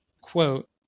quote